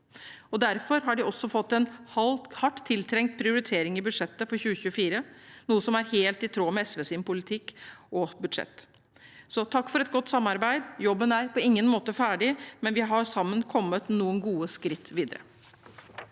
og derfor har de også fått en hardt tiltrengt prioritering i budsjettet for 2024, noe som er helt i tråd med SVs politikk og budsjett. Så takk for et godt samarbeid – jobben er på ingen måte ferdig, men vi har sammen kommet noen gode skritt videre.